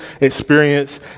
experience